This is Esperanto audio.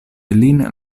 lin